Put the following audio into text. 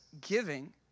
giving